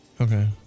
Okay